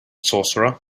sorcerer